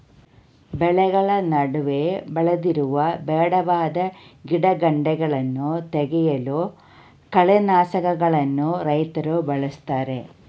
ಬೆಳೆಗಳ ನಡುವೆ ಬೆಳೆದಿರುವ ಬೇಡವಾದ ಗಿಡಗಂಟೆಗಳನ್ನು ತೆಗೆಯಲು ಕಳೆನಾಶಕಗಳನ್ನು ರೈತ್ರು ಬಳ್ಸತ್ತರೆ